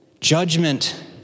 Judgment